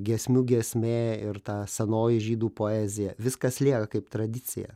giesmių giesmė ir ta senoji žydų poezija viskas lieka kaip tradicija